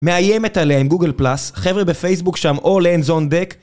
מאיימת עליהם גוגל פלאס, חבר'ה בפייסבוק שם אול הנדס און דסק